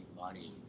money